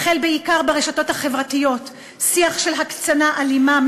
החל בעיקר ברשתות החברתיות שיח של הקצנה אלימה,